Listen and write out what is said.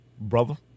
brother